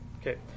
Okay